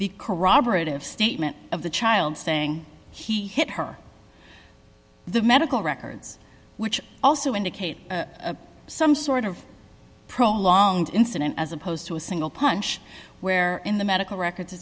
the corroborative statement of the child saying he hit her the medical records which also indicate some sort of prolonged incident as opposed to a single punch where in the medical records